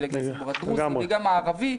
גם לציבור הדרוזי וגם הערבי,